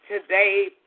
Today